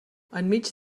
enmig